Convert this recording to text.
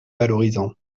valorisant